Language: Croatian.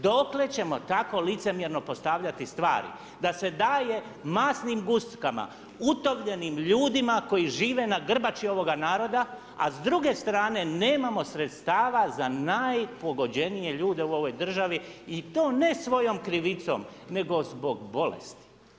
Dokle ćemo tako licemjerno postavljati stvari da se daje masnim guskama, utovljenim ljudima koji žive na grbači ovoga naroda, a s druge strane nemamo sredstava za najpogođenije ljude u ovoj državi i to ne svojom krivicom nego zbog bolesti.